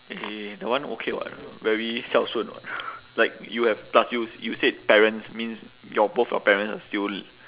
eh that one okay [what] very 孝顺 [what] like you have plus you you said parents means your both your parents are still